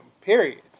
period